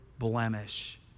blemish